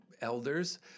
elders